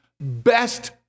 best